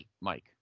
Mike